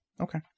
Okay